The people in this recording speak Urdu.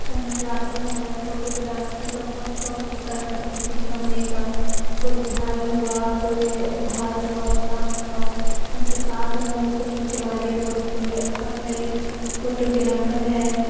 کہیں جاتے ہیں فوٹوگرافی کا بہت شوق ہوتا ہے سب کو کھنچوانے کا کوئی بھائی ہوا کوئی بھائی ہوا اپنا ہوا اس کے ساتھ گئے تو کھنچوا لیے فوٹو کوئی اپنا ہی فوٹوگرافر ہے